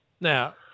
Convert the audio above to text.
Now